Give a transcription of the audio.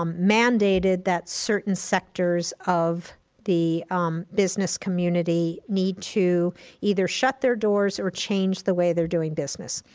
um mandated that certain sectors of the business community need to either shut their doors or change the way they're doing business.